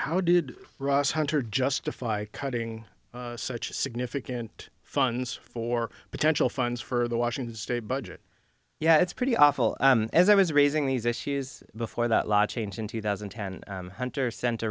how did ross hunter justify cutting such significant funds for potential funds for the washington state budget yeah it's pretty awful as i was raising these issues before that law changed in two thousand and ten hunter sent